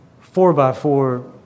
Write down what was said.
four-by-four